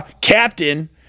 captain